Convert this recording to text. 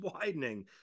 widening